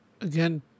again